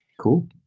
Cool